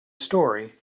story